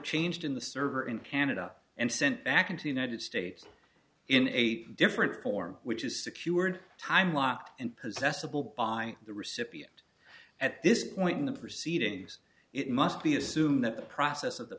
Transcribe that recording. changed in the server in canada and sent back into the united states in a different form which is secured time lot and possess a bill by the recipient at this point in the proceedings it must be assumed that the process of the